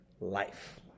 life